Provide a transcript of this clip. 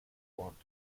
want